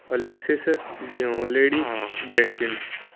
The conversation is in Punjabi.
Alexis Dunleavy Jenkins